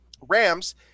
Rams